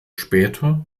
später